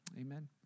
Amen